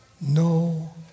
no